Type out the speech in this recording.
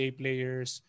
players